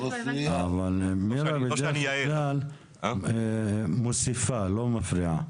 מירה בדרך כלל מוסיפה, לא מפריעה.